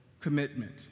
commitment